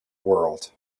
world